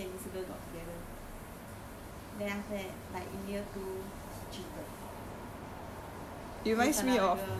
like during year one he and this girl got together then after that like in year two he cheated